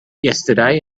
yesterday